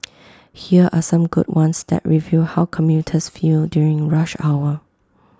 here are some good ones that reveal how commuters feel during rush hour